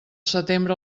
setembre